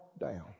down